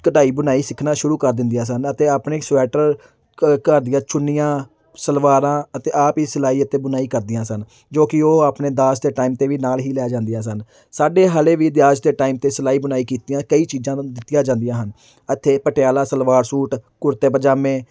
ਕਢਾਈ ਬੁਣਾਈ ਸਿੱਖਣਾ ਸ਼ੁਰੂ ਕਰ ਦਿੰਦੀਆਂ ਸਨ ਅਤੇ ਆਪਣੇ ਸਵੈਟਰ ਘ ਘਰ ਦੀਆਂ ਚੁੰਨੀਆਂ ਸਲਵਾਰਾਂ ਅਤੇ ਆਪ ਹੀ ਸਿਲਾਈ ਅਤੇ ਬੁਣਾਈ ਕਰਦੀਆਂ ਸਨ ਜੋ ਕਿ ਉਹ ਆਪਣੇ ਦਾਜ ਦੇ ਟਾਈਮ 'ਤੇ ਵੀ ਨਾਲ ਹੀ ਲੈ ਜਾਂਦੀਆਂ ਸਨ ਸਾਡੇ ਹਾਲੇ ਵੀ ਦਾਜ ਦੇ ਟਾਈਮ 'ਤੇ ਸਿਲਾਈ ਬੁਣਾਈ ਕੀਤੀਆਂ ਕਈ ਚੀਜ਼ਾਂ ਵਮ ਦਿੱਤੀਆਂ ਜਾਂਦੀਆਂ ਹਨ ਇੱਥੇ ਪਟਿਆਲਾ ਸਲਵਾਰ ਸੂਟ ਕੁੜਤੇ ਪਜਾਮੇ